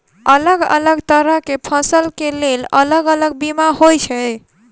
अलग अलग तरह केँ फसल केँ लेल अलग अलग बीमा होइ छै?